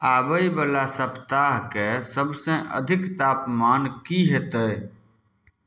आबय बला सप्ताहके सबसँ अधिक तापमान की होयतै